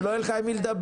שלא יהיה לך עם מי לדבר.